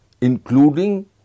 including